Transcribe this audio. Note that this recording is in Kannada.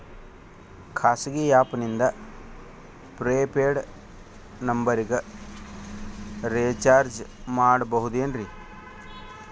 ಖಾಸಗಿ ಆ್ಯಪ್ ನಿಂದ ಫ್ರೇ ಪೇಯ್ಡ್ ನಂಬರಿಗ ರೇಚಾರ್ಜ್ ಮಾಡಬಹುದೇನ್ರಿ?